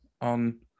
on